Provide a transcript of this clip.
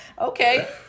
Okay